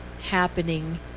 happening